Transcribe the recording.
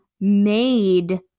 made